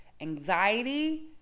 anxiety